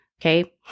okay